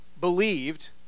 Believed